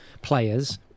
players